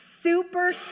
super